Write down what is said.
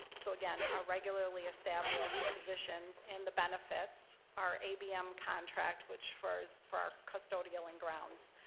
so again, our regularly established positions in the benefits our abm contract, which, for for our custodial and grounds,